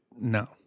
No